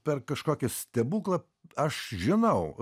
per kažkokį stebuklą aš žinau